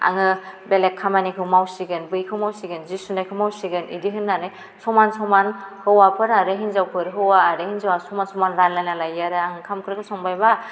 आङो बेलेग खामानिखौ मावसिगोन बैखौ मावसिगोन जि सुनायखौ मावसिगोन इदि होननानै समान समान हौवाफोर आरो हिन्जावफोर हौवा आरो हिन्जावआ समान समान रानलायना लायो आरो ओंखाम ओंख्रिखौ संबाय बा